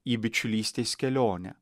į bičiulystės kelionę